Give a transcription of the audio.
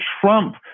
Trump